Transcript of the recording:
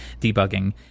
debugging